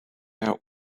out